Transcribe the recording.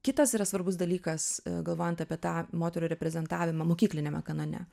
kitas yra svarbus dalykas galvojant apie tą moterų reprezentavimą mokykliniame kanone